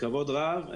כבוד רב.